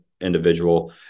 individual